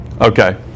Okay